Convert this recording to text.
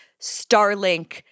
Starlink